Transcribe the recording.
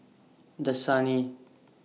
Dasani